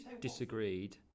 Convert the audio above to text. disagreed